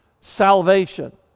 salvation